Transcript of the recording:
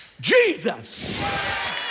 Jesus